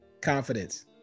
Confidence